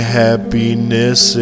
happiness